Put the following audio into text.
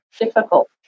difficult